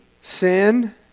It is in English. Sin